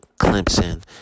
Clemson